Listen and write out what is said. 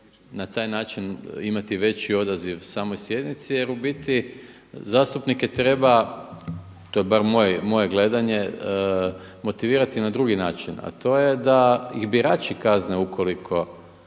na taj način imati veći odaziv samoj sjednici jer u biti zastupnike treba, to je bar moje gledanje motivirati na drugi način. A to je da ih birači kazne ukoliko